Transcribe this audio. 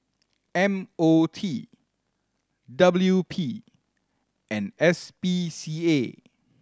M O T W P and S P C A